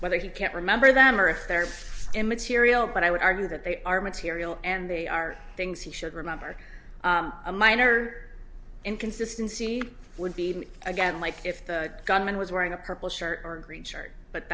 whether he can't remember them or if they're immaterial but i would argue that they are material and they are things he should remember a minor inconsistency would be again like if the gunman was wearing a purple shirt or green shirt but